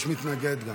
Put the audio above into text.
יש מתנגד גם.